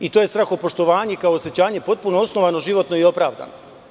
I to je strahopoštovanje kao osećanje potpuno osnovano, životno i opravdano.